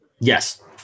Yes